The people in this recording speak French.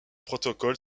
protocole